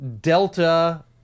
Delta